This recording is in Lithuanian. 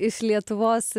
iš lietuvos